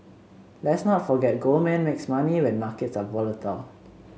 let's not forget Goldman makes money when markets are volatile